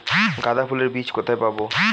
গাঁদা ফুলের বীজ কোথায় পাবো?